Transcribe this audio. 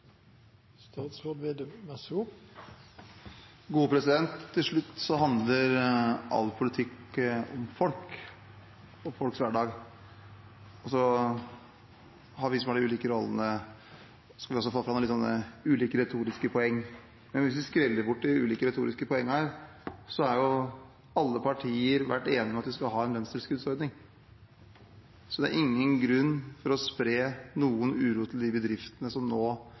Til slutt handler all politikk om folk og folks hverdag. Så har vi som har de ulike rollene, litt ulike retoriske poenger. Men hvis vi skreller bort de ulike retoriske poengene her, har alle partier vært enige om at vi skal ha en lønnstilskuddsordning, så det er ingen grunn til å spre noen uro til de bedriftene som nå